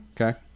okay